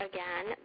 Again